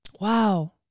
Wow